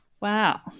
Wow